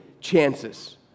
chances